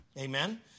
Amen